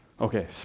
Okay